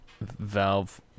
Valve